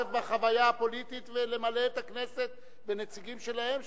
להשתתף בחוויה הפוליטית ולמלא את הכנסת בנציגים שלהם,